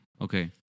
Okay